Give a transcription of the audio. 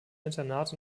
internat